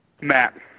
Matt